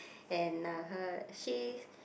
and uh her she